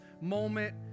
moment